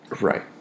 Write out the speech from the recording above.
Right